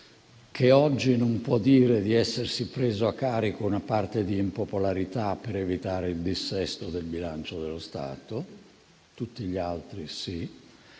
che oggi non può dire di essersi preso a carico una parte di impopolarità per evitare il dissesto del bilancio dello Stato; tutti gli altri sì.